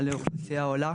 היה לאוכלוסייה עולה.